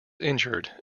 injured